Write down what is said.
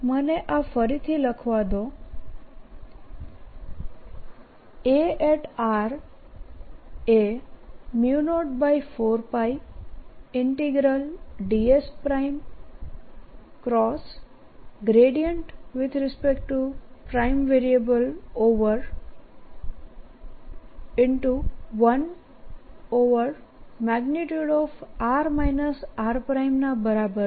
મને આ ફરી લખવા દો A એ 04πIds×1r r ના બરાબર છે જે 04πIds×r rr r3 ના બરાબર છે